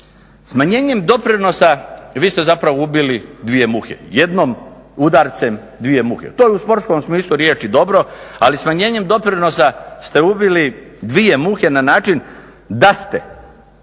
Smanjenjem doprinosa vi ste zapravo ubili dvije muhe, jednim udarcem dvije muhe. To je u sportskom smislu riječi dobro, ali smanjenjem doprinosa ste ubili dvije muhe na način da ste